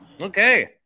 Okay